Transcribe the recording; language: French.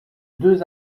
deux